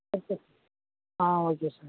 okay ஆ okay sir